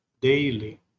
daily